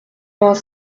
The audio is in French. vingt